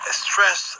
stress